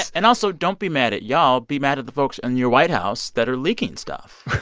and also, don't be mad at y'all. be mad at the folks in your white house that are leaking stuff.